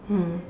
mm